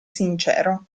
sincero